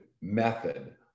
method